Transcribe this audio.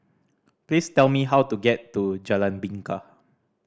please tell me how to get to Jalan Bingka